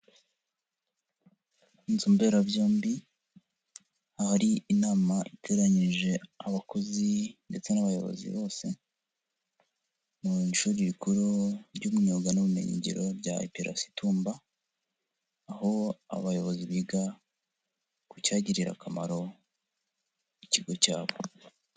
Inzu mberabyombi, ahari inama iteranyirije abakozi ndetse n'abayobozi bose, mu ishuri rikuru ry'imyuga n'ubumenyingiro rya IPRC Tumba, aho abayobozi biga ku cyagirira akamaro ikigo cyabo.